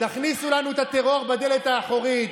תכניסו לנו את הטרור מהדלת האחורית.